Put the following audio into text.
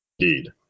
indeed